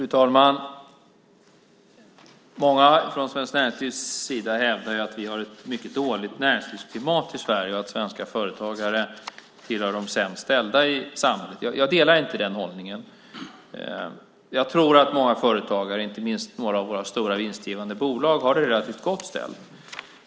Fru talman! Många från svenskt näringslivs sida hävdar att vi har ett mycket dåligt näringslivsklimat i Sverige och att svenska företagare tillhör de sämst ställda i samhället. Jag delar inte den hållningen. Jag tror att många företagare, inte minst några av stora vinstgivande bolag, har det relativt gott ställt.